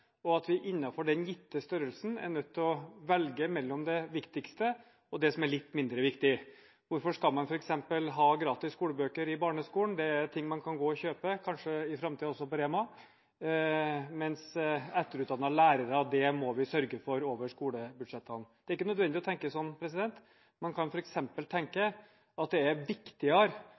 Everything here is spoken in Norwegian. og at vi innenfor den gitte størrelsen er nødt til å velge mellom det viktigste og det som er litt mindre viktig. Hvorfor skal man f.eks. ha gratis skolebøker i barneskolen? Det er ting man kan gå og kjøpe – kanskje i framtiden også på Rema – mens etterutdannete lærere må vi sørge for over skolebudsjettene. Det er ikke nødvendig å tenke sånn. Man kan f.eks. tenke at det er viktigere